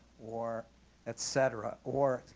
or et cetera, or